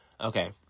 Okay